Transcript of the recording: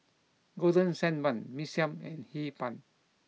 Golden Sand Bun Mee Siam and Hee Pan